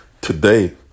Today